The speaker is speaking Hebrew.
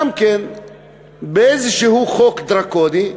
גם כן באיזשהו חוק דרקוני,